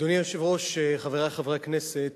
אדוני היושב-ראש, חברי חברי הכנסת,